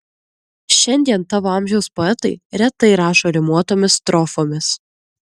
šiandien tavo amžiaus poetai retai rašo rimuotomis strofomis